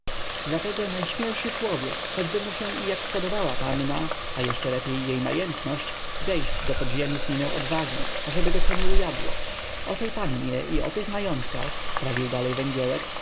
dlatego najśmielszy człowiek choćby mu się i jak spodobała panna a jeszcze lepiej jej majętności wejść do podziemiów nie miał odwagi ażeby go co nie ujadło o tej pannie i o tych majątkach prawił dalej węgiełek